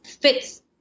fits